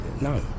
No